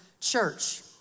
church